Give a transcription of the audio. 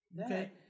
Okay